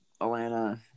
Atlanta